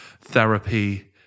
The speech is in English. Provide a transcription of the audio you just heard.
therapy